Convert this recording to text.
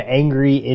angry